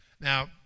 Now